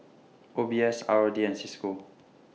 O B S R O D and CISCO